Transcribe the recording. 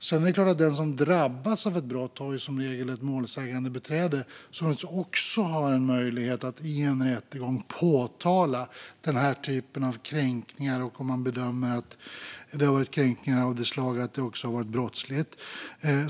Sedan är det klart att den som drabbas av ett brott som regel har ett målsägandebiträde, som också har möjlighet att i en rättegång påtala denna typ av kränkningar om man bedömer att det rör sig om kränkningar av det slag att det har varit brottsligt.